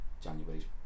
January